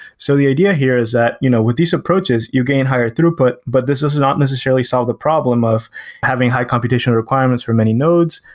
so the idea here is that you know with these approaches you gain higher throughput, but this does not necessarily solve the problem of having high computational requirements for many nodes,